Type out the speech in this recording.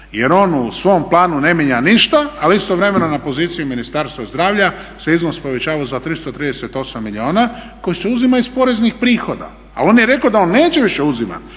jer on u svom planu ne mijenja ništa, ali istovremeno na poziciji Ministarstva zdravlja se iznos povećava za 338 milijuna koji se uzima iz poreznih prihoda. Ali on je rekao da on neće više uzimati,